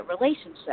relationship